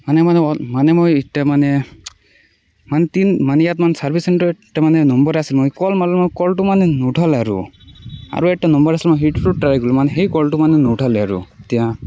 মানে মানে মই মানে মই এতিয়া মানে মানে তিন মানে ইয়াত চাৰ্ভিচ চেণ্টাৰৰ নম্বৰ আছে মই ক'ল মাৰলোঁ ক'লটো মানে নুঠালে আৰু আৰু এটা নম্বৰ আছিলে মই সেইটোতো ট্ৰাই কৰিলোঁ মানে সেই ক'লটো মানে নুঠালে আৰু এতিয়া